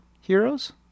Heroes